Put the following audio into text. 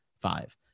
five